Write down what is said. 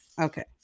okay